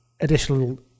additional